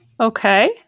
Okay